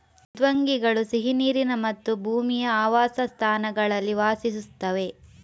ಮೃದ್ವಂಗಿಗಳು ಸಿಹಿ ನೀರಿನ ಮತ್ತು ಭೂಮಿಯ ಆವಾಸಸ್ಥಾನಗಳಲ್ಲಿ ವಾಸಿಸುತ್ತವೆ